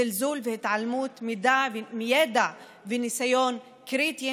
זלזול והתעלמות מידע וניסיון קריטיים,